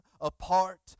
apart